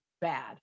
bad